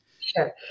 Sure